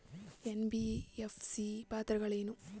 NBFC ಯ ಪಾತ್ರಗಳೇನು?